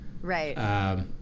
right